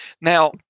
Now